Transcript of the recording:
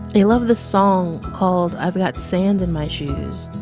he loved this song called i've got sand in my shoes,